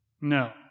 No